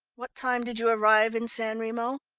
what time did you arrive in san remo?